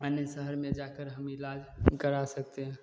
अन्य शहर में जा कर हम इलाज करा सकते हैं